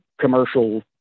commercial